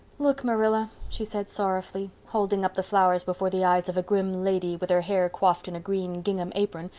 look, marilla, she said sorrowfully, holding up the flowers before the eyes of a grim lady, with her hair coifed in a green gingham apron,